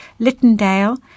Littendale